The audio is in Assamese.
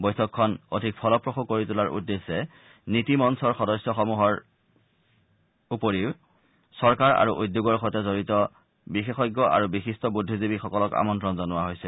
বৈঠকখন অধিক ফলপ্ৰসূ কৰি তোলাৰ উদ্দেশ্যে নীতি মঞ্চৰ সদস্যসমূহৰ উপৰিও চৰকাৰ আৰু উদ্যোগৰ সৈতে জড়িত বিশেষজ্ঞ আৰু বিশিষ্ট বুদ্ধিজীৱীসকলক আমন্ত্ৰণ জনোৱা হৈছে